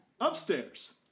Upstairs